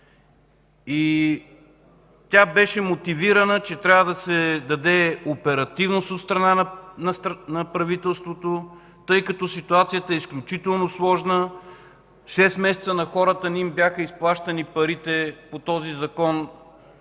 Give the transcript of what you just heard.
Тя беше мотивирана, че трябва да се даде оперативност на правителството, тъй като ситуацията е изключително сложна, шест месеца на хората не бяха изплащани парите по този закон